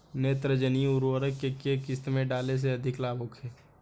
नेत्रजनीय उर्वरक के केय किस्त में डाले से अधिक लाभ होखे?